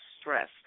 stress